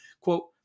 quote